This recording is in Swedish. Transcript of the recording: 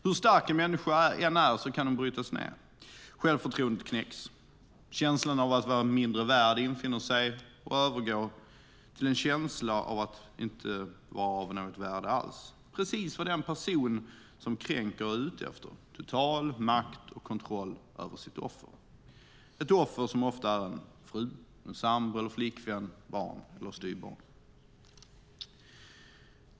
Hur stark en människa än är kan hon brytas ned. Självförtroendet knäcks, och känslan av att vara mindre värd infinner sig. Till slut övergår den till en känsla av att inte vara av något värde alls. Det är precis vad den person som kränker är ute efter - total makt och kontroll över sitt offer. Det är ett offer som ofta är fru, sambo, flickvän, barn eller styvbarn till förövaren.